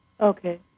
Okay